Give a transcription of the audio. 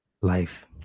life